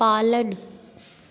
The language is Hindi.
पालन